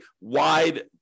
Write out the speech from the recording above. wide